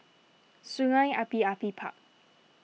Sungei Api Api Park